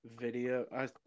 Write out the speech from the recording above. video